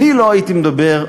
אני לא הייתי מדבר.